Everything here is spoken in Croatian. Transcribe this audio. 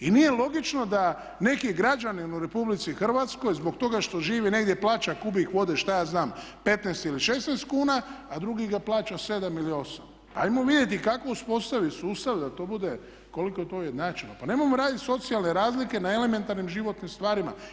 I nije logično da neki građanin u Republici Hrvatskoj zbog toga što živi negdje, plaća kubik vode šta ja znam 15 ili 16 kuna, a drugi ga plaća 7 ili 8. Hajmo vidjeti kako uspostaviti sustav da to bude koliko to ujednačeno, pa nemojmo raditi socijalne razlike na elementarnim životnim stvarima.